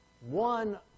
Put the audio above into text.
One